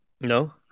No